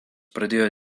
pradėjo